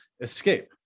escape